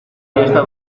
fiesta